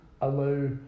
allow